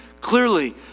clearly